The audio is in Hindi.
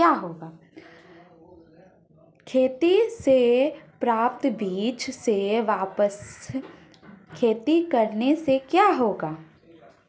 खेती से प्राप्त बीज से वापिस खेती करने से क्या होगा?